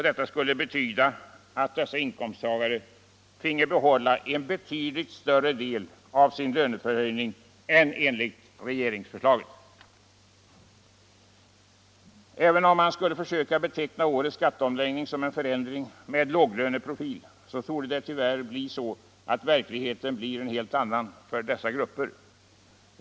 Det skulle betyda att inkomsttagare i dessa inkomstlägen finge behålla en betydligt större del av sin löneförhöjning än enligt regeringsförslaget. Även om man försöker beteckna årets skatteomläggning som en förändring med låglöneprofil, torde verkligheten tyvärr bli en helt annan för dessa grupper.